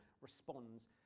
responds